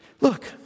Look